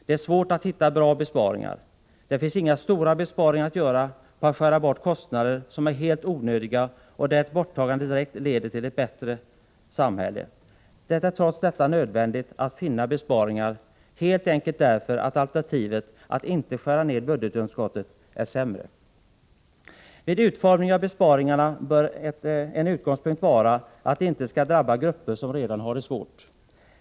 Det är svårt att hitta bra besparingar. Det finns inga stora besparingar att göra på att skära bort kostnader som är helt onödiga och där ett borttagande direkt leder till ett bättre samhälle. Det är trots detta nödvändigt att finna besparingar helt enkelt därför att alternativet, att inte skära ned budgetunderskottet, är sämre. Vid utformningen av besparingarna bör en utgångspunkt vara att de inte skall drabba grupper som redan har det svårt.